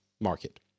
market